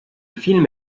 film